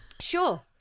Sure